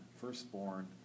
firstborn